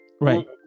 Right